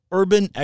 urban